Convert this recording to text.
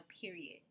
period